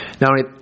Now